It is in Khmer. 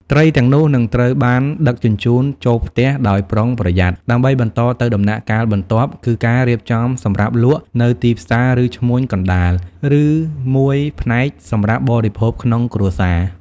ត្រីទាំងនោះនឹងត្រូវបានដឹកជញ្ជូនចូលផ្ទះដោយប្រុងប្រយ័ត្ន ដើម្បីបន្តទៅដំណាក់កាលបន្ទាប់ គឺការរៀបចំសម្រាប់លក់នៅទីផ្សារឬឈ្មួញកណ្តាល ឬមួយផ្នែកសម្រាប់បរិភោគក្នុងគ្រួសារ។